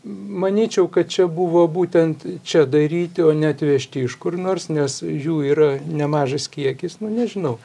manyčiau kad čia buvo būtent čia daryti o ne atvežti iš kur nors nes jų yra nemažas kiekis nu nežinau